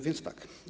Więc tak.